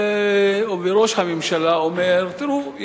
ראש הממשלה אומר: תראו,